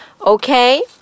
Okay